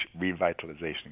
revitalization